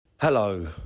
Hello